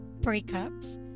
Breakups